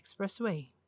Expressway